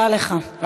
תודה לך.